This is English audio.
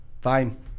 Fine